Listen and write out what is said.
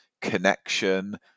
connection